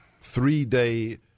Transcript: three-day